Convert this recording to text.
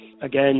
again